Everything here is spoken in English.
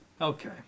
Okay